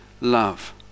love